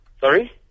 Sorry